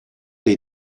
dei